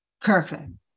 Kirkland